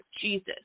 Jesus